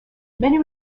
many